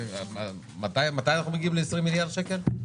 מתי אנחנו מגיעים ל-20 מיליארד שקל?